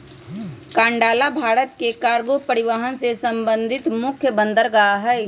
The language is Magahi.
कांडला भारत के कार्गो परिवहन से संबंधित मुख्य बंदरगाह हइ